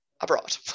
abroad